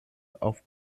auf